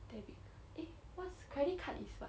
debit card eh what's credit card is what